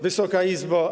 Wysoka Izbo!